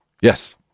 Yes